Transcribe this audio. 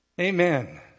Amen